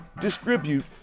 distribute